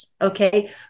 okay